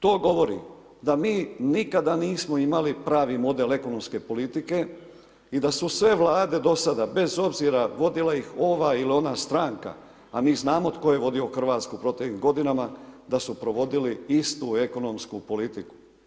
To govori, da mi nikada nismo imali pravi model ekonomske politike i da su sve vlade do sada, bez obzira vodila ih ova ili ona stranka, a mi znamo tko je vodio Hrvatsku proteklih godina, da su provodili istu ekonomsku politiku.